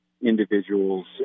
individuals